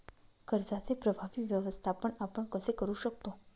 कर्जाचे प्रभावी व्यवस्थापन आपण कसे करु शकतो?